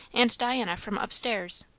and diana from up-stairs,